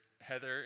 Heather